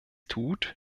tut